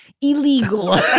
Illegal